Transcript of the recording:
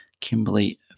Kimberly